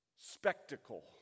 Spectacle